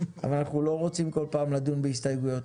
אנחנו לא רוצים כל פעם לדון בהסתייגויות.